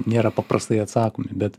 nėra paprastai atsakomi bet